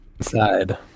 Side